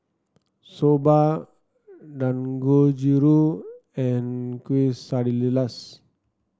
Soba Dangojiru and Quesadillas